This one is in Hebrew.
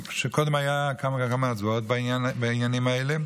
קודם היו כמה הצבעות בעניינים האלה.